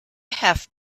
have